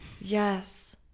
Yes